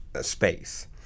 space